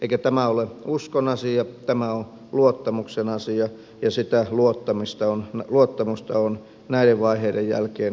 eikä tämä ole uskon asia tämä on luottamuksen asia ja sitä luottamusta on näiden vaiheiden jälkeen entistä vähemmän